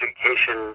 education